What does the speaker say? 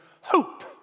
Hope